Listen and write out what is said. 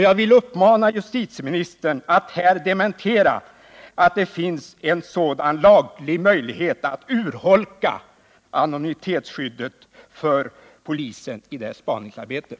Jag vill uppmana justitieministern att här dementera att det finns en sådan laglig möjlighet för polisen i dess spaningsarbete att urholka anonymitetsskyddet.